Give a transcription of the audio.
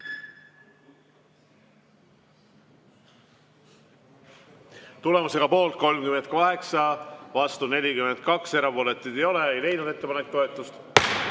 Tulemusega poolt 38, vastu 42, erapooletuid ei ole, ei leidnud ettepanek toetust.